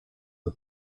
the